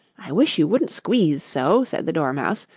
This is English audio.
i wish you wouldn't squeeze so said the dormouse,